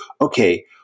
okay